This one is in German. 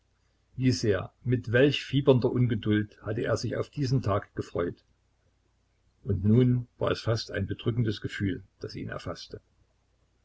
wie sehr mit welch fiebernder ungeduld hatte er sich auf diesen tag gefreut und nun war es fast ein bedrückendes gefühl das ihn erfaßte